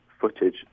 footage